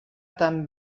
tan